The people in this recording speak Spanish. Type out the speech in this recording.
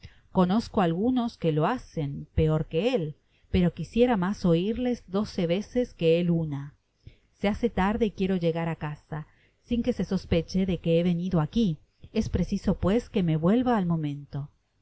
conozco algunos que lo hacen peor que él pero quisiera mas oirles doce veces que él una se hace tarde y quiero llegar á casa sin que se sospeche de que he venido aqui es preciso pues que me vuelva al momento